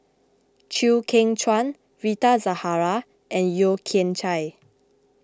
Chew Kheng Chuan Rita Zahara and Yeo Kian Chai